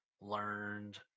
learned